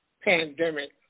pandemic